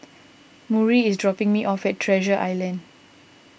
Murry is dropping me off at Treasure Island